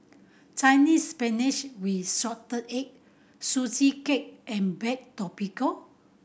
Chinese Spinach with assorted egg Sugee Cake and baked tapioca